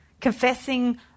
Confessing